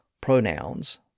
pronouns